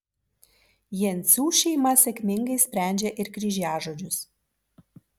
jencių šeima sėkmingai sprendžia ir kryžiažodžius